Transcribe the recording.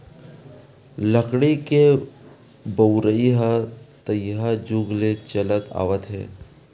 लकड़ी के बउरइ ह तइहा जुग ले चलत आवत हे